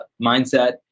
mindset